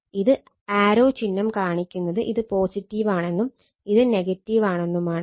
ഈ ആരോ ചിഹ്നം കാണിക്കുന്നത് ഇത് ആണെന്നും ഇത് ആണെന്നുമാണ്